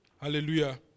Hallelujah